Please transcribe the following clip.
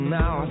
now